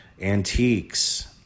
antiques